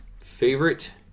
Favorite